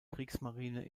kriegsmarine